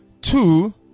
Two